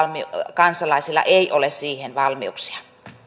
kansalaisilla ei ole siihen valmiuksia